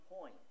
point